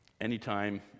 anytime